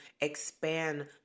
expand